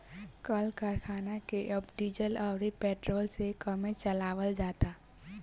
कल करखना के अब डीजल अउरी पेट्रोल से कमे चलावल जाता